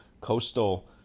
Coastal